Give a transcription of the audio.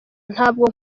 ntabwo